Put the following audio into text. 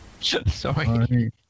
Sorry